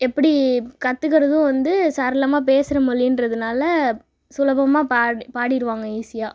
எப்படி கத்துக்குறதும் வந்து சரளமாக பேசறா மொழி இன்றதுனால சுலபமாக பாடிடுவாங்கள் ஈஸியா